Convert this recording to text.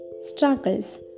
struggles